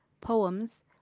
poems